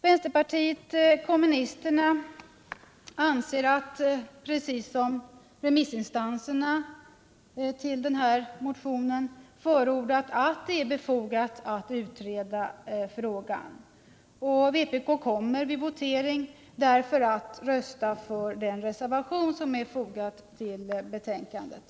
Vänsterpartiet kommunisterna anser, precis som remissinstanserna förordat när det gäller den här motionen, att det är befogat att utreda frågan. Vpk kommer vid votering därför att rösta för den reservation som är fogad till betänkandet.